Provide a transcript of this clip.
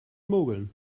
mogeln